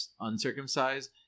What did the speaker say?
uncircumcised